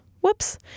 Whoops